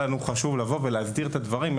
היה לנו חשוב לבוא ולהסדיר את הדברים בצורה פורמלית,